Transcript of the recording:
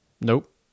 Nope